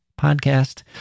podcast